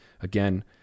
Again